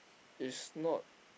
it's not